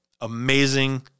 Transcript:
amazing